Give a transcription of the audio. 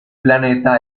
planeta